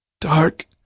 Dark